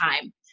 time